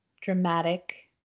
dramatic